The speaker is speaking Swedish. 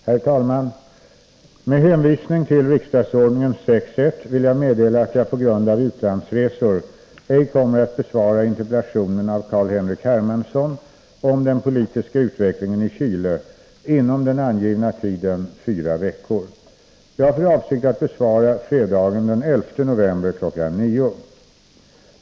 Herr talman! Med hänvisning till riksdagsordningen 6 kap. 1 § vill jag meddela att jag på grund av utlandsresor ej kommer att besvara interpellationen av Carl-Henrik Hermansson om den politiska utvecklingen i Chile inom den angivna tiden fyra veckor. Jag har för avsikt att besvara interpellationen fredagen den 11 november kl. 09.00.